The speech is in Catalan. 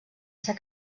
ser